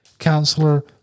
counselor